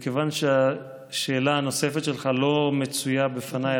מכיוון שהשאלה הנוספת שלך לא מצויה בפניי,